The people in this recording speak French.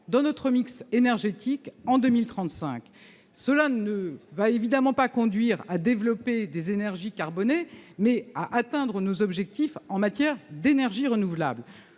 dans notre mix énergétique en 2035. Cela nous conduira évidemment non pas à développer des énergies carbonées, mais à atteindre nos objectifs en matière d'énergies renouvelables.